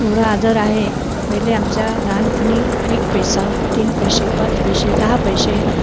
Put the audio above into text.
एवढा आदर आहे पहिले आमच्या लहानपणी एक पैसा तीन पैसे पाच पैसे दहा पैसे